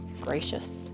Gracious